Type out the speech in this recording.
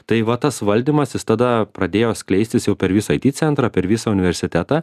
tai va tas valdymasis jis tada pradėjo skleistis jau per visą aiti centrą per visą universitetą